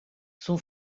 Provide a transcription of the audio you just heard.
son